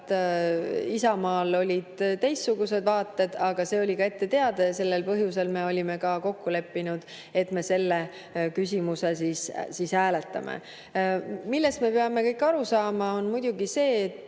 Isamaal olid teistsugused vaated, aga see oli ette teada ja sellel põhjusel me olime kokku leppinud, et me selles küsimuses hääletame. Millest me peame kõik aru saama, on muidugi see, et